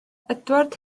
edward